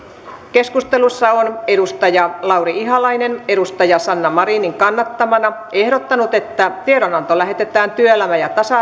keskustelussa on lauri ihalainen sanna marinin kannattamana ehdottanut että tiedon anto lähetetään työelämä ja tasa